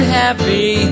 happy